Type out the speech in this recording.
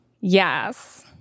Yes